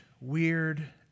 weird